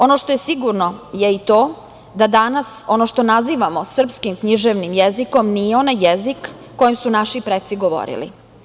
Ono što je sigurno je i to da danas ono što nazivamo srpskim književnim jezikom nije onaj jezik kojim su naši preci govorili.